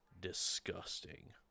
disgusting